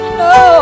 no